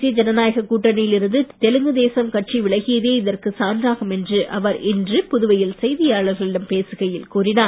தேசிய ஜனநாயக கூட்டணியில் இருந்து தெலுங்குதேசம் கட்சி விலகியதே இதற்கு சான்றாகும் என்று அவர் இன்று புதுவையில் செய்தியாளர்களிடம் பேசுகையில் கூறினார்